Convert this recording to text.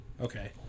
okay